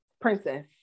Princess